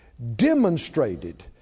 demonstrated